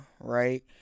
right